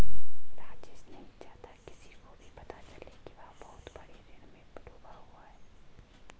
राजेश नहीं चाहता किसी को भी पता चले कि वह बहुत बड़े ऋण में डूबा हुआ है